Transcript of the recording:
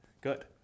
good